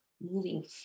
moving